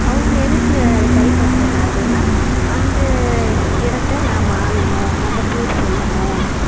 அவங்க எதுக்கு அதை கைப்பற்றினார்கள்ன்னா அந்த இடத்த நாம் ஆளணும் நம்ப பேர் சொல்லணும்